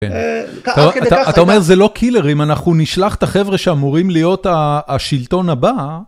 אתה אומר זה לא קילר, אם אנחנו נשלח את החבר'ה שאמורים להיות השלטון הבא...